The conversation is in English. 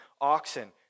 oxen